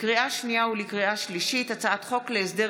לקריאה שנייה ולקריאה שלישית: הצעת חוק להסדר